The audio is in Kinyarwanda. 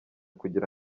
kugira